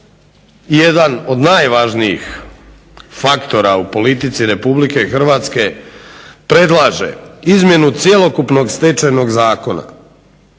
jedan od najvažnijih faktora u politici Republike Hrvatske predlaže izmjenu cjelokupnog Stečajnog zakona